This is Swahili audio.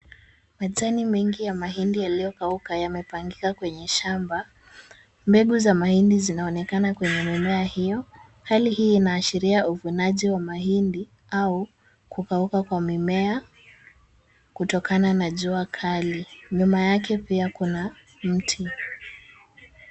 Majani mengi ya mahindi yaliyokauka yamepangia kwenye shamba. Mbegu za mahindi zinaonekana kwenye mimea hiyo, hali hii inaashiria uvunaji wa mahindi au kukauka kwa mimea kutokana na jua kali. Nyuma yake pia kuna mti.